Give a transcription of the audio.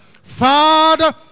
Father